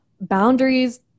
boundaries